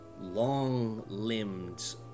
long-limbed